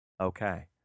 okay